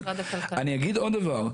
אני אגיד עוד דבר.